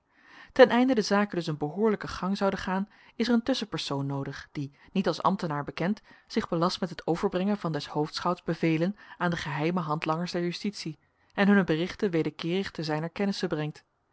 ten einde de zaken dus een behoorlijken gang zouden gaan is er een tusschenpersoon noodig die niet als ambtenaar bekend zich belast met het overbrengen van des hoofdschouts bevelen aan de geheime handlangers der justitie en hunne berichten wederkeerig te zijner kennisse brengt